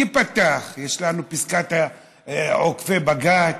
ייפתח, יש לנו עוקפי בג"ץ,